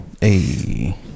Hey